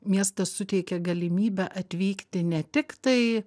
miestas suteikia galimybę atvykti ne tiktai